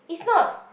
is not